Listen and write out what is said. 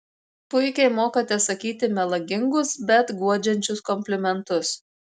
puikiai mokate sakyti melagingus bet guodžiančius komplimentus